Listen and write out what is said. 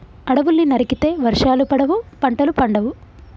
అడవుల్ని నరికితే వర్షాలు పడవు, పంటలు పండవు